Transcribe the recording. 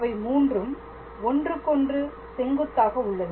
அவை மூன்றும் ஒன்றுக்கொன்று செங்குத்தாக உள்ளது